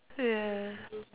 ya